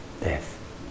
death